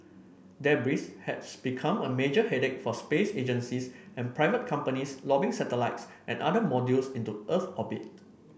debris has become a major headache for space agencies and private companies lobbing satellites and other modules into Earth orbit